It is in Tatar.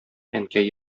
әнкәй